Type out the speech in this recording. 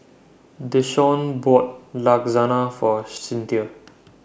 Desean bought Lasagna For Cinthia